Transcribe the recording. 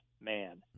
man